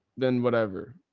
then whatever,